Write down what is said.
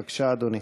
בבקשה, אדוני.